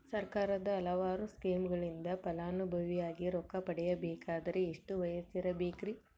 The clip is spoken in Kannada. ಸರ್ಕಾರದ ಹಲವಾರು ಸ್ಕೇಮುಗಳಿಂದ ಫಲಾನುಭವಿಯಾಗಿ ರೊಕ್ಕ ಪಡಕೊಬೇಕಂದರೆ ಎಷ್ಟು ವಯಸ್ಸಿರಬೇಕ್ರಿ?